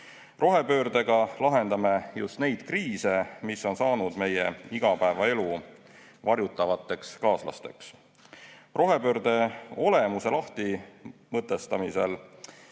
Rohepöördega lahendame just neid kriise, mis on saanud meie igapäevaelu varjutavateks kaaslasteks. Rohepöörde olemuse lahtimõtestamisel